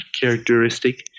characteristic